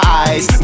eyes